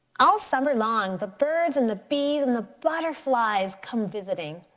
all summer long the birds and the bees and the butterflies come visiting.